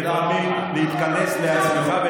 למה אתה לא מוציא אותו?